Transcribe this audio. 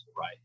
right